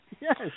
Yes